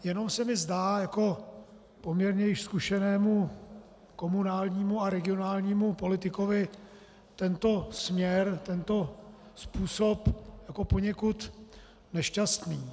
Jenom se mi zdá jako poměrně i zkušenému komunálnímu a regionálnímu politikovi tento směr, tento způsob jako poněkud nešťastný.